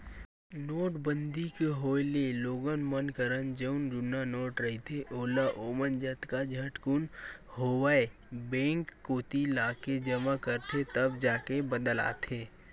नोटबंदी के होय ले लोगन मन करन जउन जुन्ना नोट रहिथे ओला ओमन जतका झटकुन होवय बेंक कोती लाके जमा करथे तब जाके बदलाथे